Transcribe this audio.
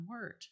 word